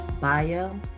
bio